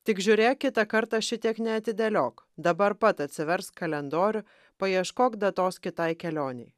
tik žiūrėk kitą kartą šitiek neatidėliok dabar pat atsiversk kalendorių paieškok datos kitai kelionei